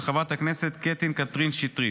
של חברת הכנסת קטי קטרין שטרית.